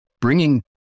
bringing